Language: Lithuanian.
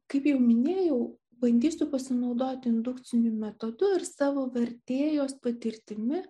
kaip jau minėjau bandysiu pasinaudoti indukciniu metodu ir savo vertėjos patirtimi